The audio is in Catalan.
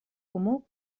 comú